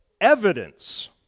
evidence